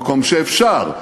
במקום שאפשר,